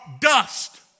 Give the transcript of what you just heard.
dust